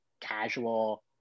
casual